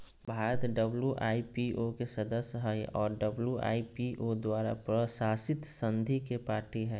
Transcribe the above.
Bharat WIPO के सदस्य हइ और डब्ल्यू.आई.पी.ओ द्वारा प्रशासित संधि के पार्टी हइ